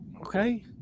Okay